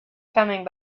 coming